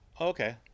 Okay